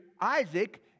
Isaac